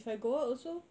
if I go out also